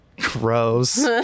Gross